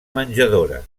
menjadora